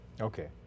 Okay